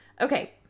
Okay